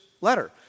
letter